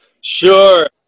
Sure